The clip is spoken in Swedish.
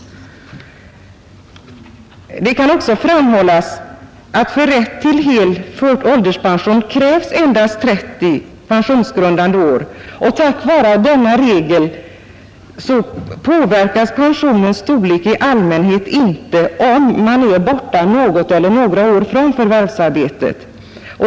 Det kan också framhållas att för rätt till hel ålderspension krävs endast 30 pensionsgrundande år. Tack vare denna regel påverkas pensionens storlek i allmänhet inte om man är borta något eller några år från förvärvsarbetet.